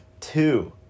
two